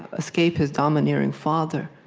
escape his domineering father,